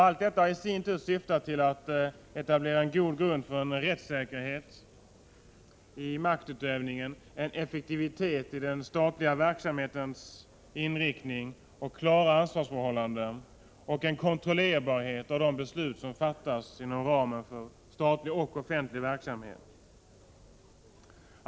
Allt detta har i sin tur syftat till att etablera en god grund för rättssäkerhet i maktutövningen, effektivitet i den statliga verksamhetens inriktning, klara ansvarsförhållanden och en kontrollerbarhet av de beslut som fattas inom ramen för statlig och offentlig verksamhet.